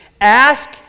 ask